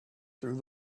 through